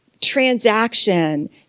transaction